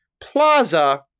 plaza